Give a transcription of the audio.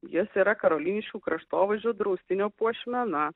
jis yra karoliniškių kraštovaizdžio draustinio puošmena